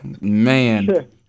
man